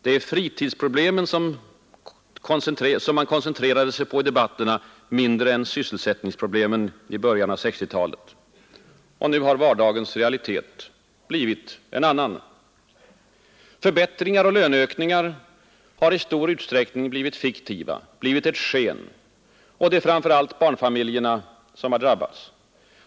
Det var fritidsproblemen som man koncentrerade sig på i debatterna mera än sysselsättningsproblemen i början av 1960-talet. Och nu har vardagens realitet blivit en annan. Förbättringar och löneökningar har i stor utsträckning blivit fiktiva, blivit ett sken, och det är framför allt barnfamiljerna som har drabbats.